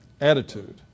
attitude